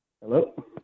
Hello